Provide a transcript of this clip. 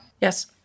Yes